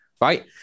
right